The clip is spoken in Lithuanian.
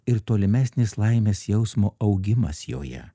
ir tolimesnis laimės jausmo augimas joje